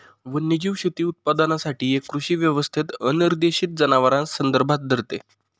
वन्यजीव शेती उत्पादनासाठी एक कृषी व्यवस्थेत अनिर्देशित जनावरांस संदर्भात धरते